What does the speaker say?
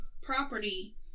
property